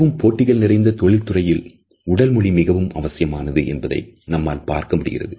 மிகவும் போட்டிகள் நிறைந்த தொழில் துறைகளில் உடல் மொழி மிகவும் அவசியமானது என்பதை நம்மால் பார்க்க முடிகிறது